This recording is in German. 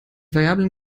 variablen